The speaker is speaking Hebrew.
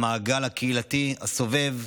המעגל הקהילתי הסובב,